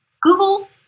Google